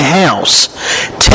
house